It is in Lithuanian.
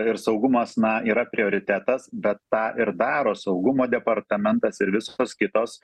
ir saugumas na yra prioritetas bet tą ir daro saugumo departamentas ir visos kitos